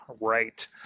Right